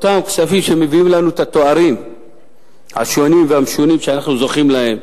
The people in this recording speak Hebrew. אותם כספים שמביאים לנו את התארים השונים והמשונים שאנחנו זוכים להם: